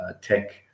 tech